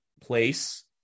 place